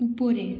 উপরে